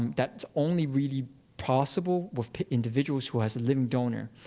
um that's only really possible with individuals who has a living donor.